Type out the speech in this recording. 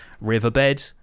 riverbed